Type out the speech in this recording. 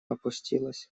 опустилась